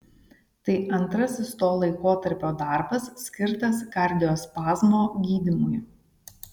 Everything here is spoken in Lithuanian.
tai antrasis to laikotarpio darbas skirtas kardiospazmo gydymui